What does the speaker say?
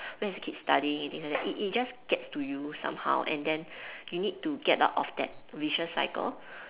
where is your kid studying it it just gets to you somehow and then you need to get out of that vicious cycle